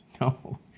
No